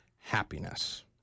happiness